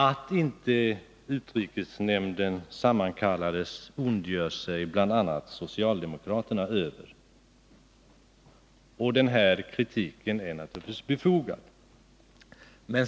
Att så inte skedde ondgör sig bl.a. socialdemokraterna över, och kritiken är naturligtvis befogad.